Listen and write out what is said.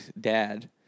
dad